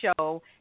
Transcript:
show